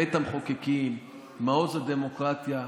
בית המחוקקים, מעוז הדמוקרטיה.